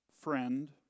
friend